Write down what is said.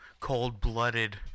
cold-blooded